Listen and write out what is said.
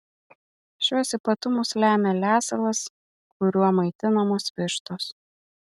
šiuos ypatumus lemia lesalas kuriuo maitinamos vištos